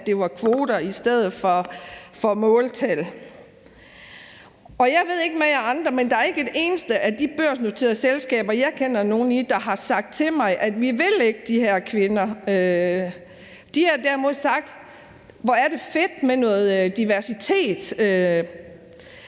at det var kvoter i stedet for måltal. Og jeg ved ikke med jer andre, men der er ikke et eneste af de børsnoterede selskaber, jeg kender nogen i, der har sagt til mig, at de ikke vil de her kvinder. De har derimod sagt: Hvor er det fedt med noget diversitet.